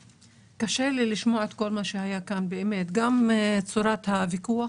קשה לי לשמוע את כל מה שהיה כאן, גם צורת הוויכוח